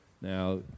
Now